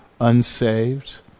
unsaved